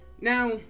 Now